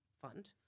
fund